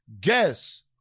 Guess